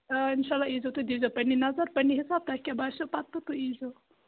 آ اِنشاہ اللہ ییٖزیٚو تہٕ دیٖزیٚو پنٕنی نَظَر پَننہِ حِساب تۄہہِ کیٛاہ باسٮ۪و پَتہٕ تہٕ تُہۍ ییٖزیٚو